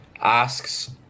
asks